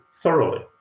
thoroughly